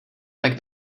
tak